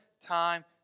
time